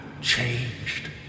changed